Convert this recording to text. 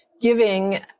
giving